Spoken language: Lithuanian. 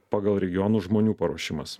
pagal regionus žmonių paruošimas